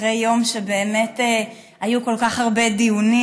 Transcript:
אחרי יום שבאמת היו כל כך הרבה דיונים,